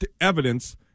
evidence